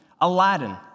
Aladdin